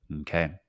Okay